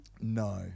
No